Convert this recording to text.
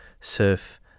surf